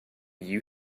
you